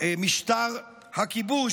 למשטר הכיבוש,